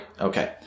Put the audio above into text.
Okay